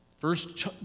First